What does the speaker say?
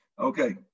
Okay